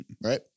right